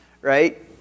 right